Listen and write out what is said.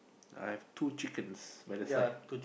I have two chickens where the side